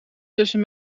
tussen